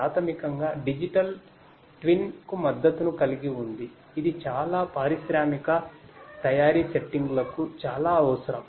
Predix కు మద్దతును కలిగి ఉంది ఇది చాలా పారిశ్రామిక తయారీ సెట్టింగ్లకు చాలా అవసరం